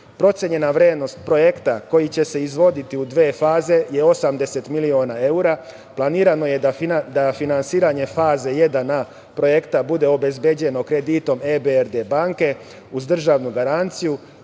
mrežu. Procenjena vrednost projekta koji će se izvoditi u dve faze je 80 miliona evra, planirano je da finansiranje faze 1a, projekta bude obezbeđeno kreditom EBRD banke, uz državnu garanciju,